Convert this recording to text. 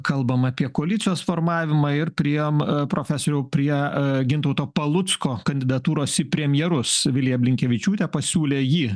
kalbam apie koalicijos formavimą ir priėjom profesoriau prie gintauto palucko kandidatūros į premjerus vilija blinkevičiūtė pasiūlė jį